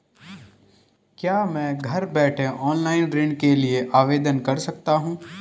क्या मैं घर बैठे ऑनलाइन ऋण के लिए आवेदन कर सकती हूँ?